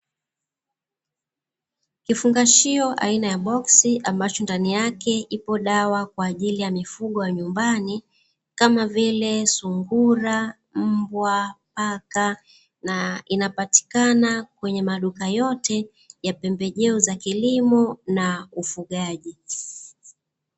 Kifungashio aina ya boksi ambacho ndani yake ipo dawa kwa ajili ya mifugo wa nyumbani, kama vile: sungura, mbwa, paka na inapatikana kwenye maduka yote ya pembejeo za kilimo na ufugaji.